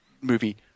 movie